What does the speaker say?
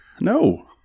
No